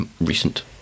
recent